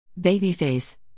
Babyface